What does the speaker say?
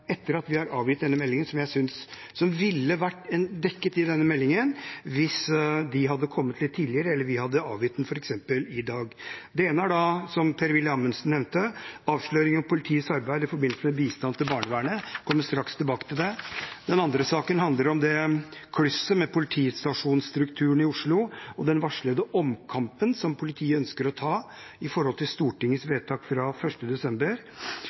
ville vært dekket i denne innstillingen hvis de hadde kommet litt tidligere, eller hvis vi hadde avgitt den f.eks. i dag. Det ene er, som Per-Willy Amundsen nevnte, avsløringen av politiets arbeid i forbindelse med bistand til barnevernet. Jeg kommer straks tilbake til det. Den andre saken handler om klusset med politistasjonsstrukturen i Oslo og den varslede omkampen som politiet ønsker å ta om Stortingets vedtak fra 1. desember.